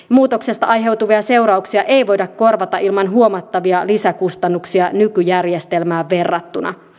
muutoksesta aiheutuvia seurauksia ei voida korvata ilman huomattavia lisäkustannuksia nykyjärjestelmään verrattuna